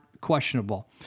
questionable